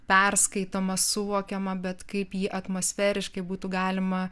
perskaitomą suvokiamą bet kaip jį atmosferiškai būtų galima